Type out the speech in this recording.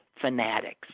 fanatics